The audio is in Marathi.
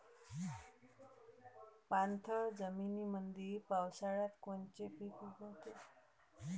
पाणथळ जमीनीमंदी पावसाळ्यात कोनचे पिक उगवते?